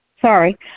Sorry